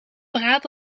verraadt